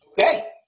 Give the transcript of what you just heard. Okay